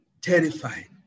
terrified